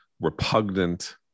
repugnant